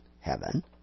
heaven